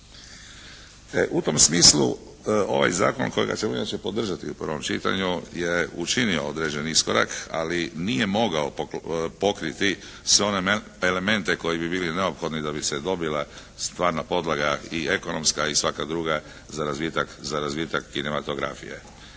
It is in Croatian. u tom smislu ovaj zakon, kojega ćemo inače podržati u prvo čitanju je učinio određeni iskorak, ali nije mogao pokriti sve one elemente koji bi bili neophodni da bi se dobila stvarna podloga i ekonomska i svaka druga za razvitak kinematografije.